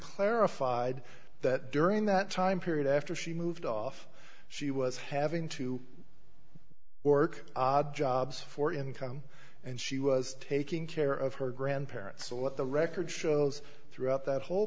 clarified that during that time period after she moved off she was having to work odd jobs for income and she was taking care of her grandparents so what the record shows throughout that whole